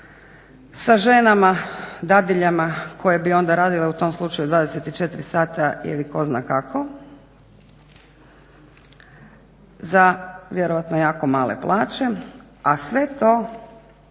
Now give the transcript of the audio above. sa ženama dadiljama koje bi onda radile u tom slučaju 24 sata ili tko zna kako za vjerojatno jako male plaće, a sve to